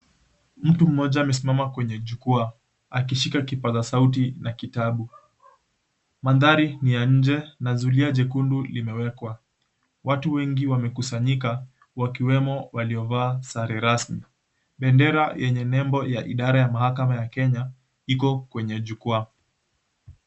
Mtu mmoja amesimama kwenye jukwaa akishika kipaza sauti na kitabu. Mandhari ni ya nje na zulia jekundu limewekwa. Watu wengi wamekusanyika wakiwemo waliovaa sare rasmi. Bendera yenye nembo ya idara ya mahakama ya Kenya iko kwenye jukwaa.